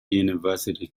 university